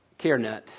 CareNet